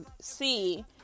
see